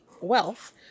wealth